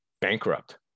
bankrupt